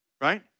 Right